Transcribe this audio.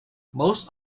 most